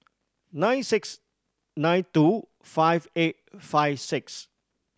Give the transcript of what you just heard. nine six nine two five eight five six